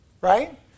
right